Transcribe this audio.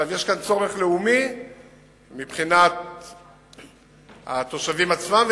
יש כאן צורך לאומי של התושבים עצמם,